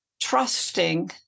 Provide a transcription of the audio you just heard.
trusting